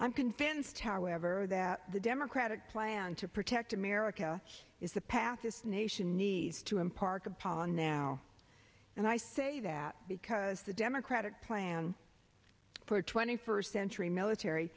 i'm convinced however that the democratic plan to protect america is a path this nation needs to impart upon now and i say that because the democratic plan for a twenty first century military